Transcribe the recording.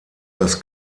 das